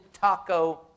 taco